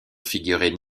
figuraient